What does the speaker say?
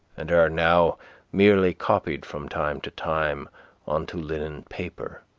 and are are now merely copied from time to time on to linen paper.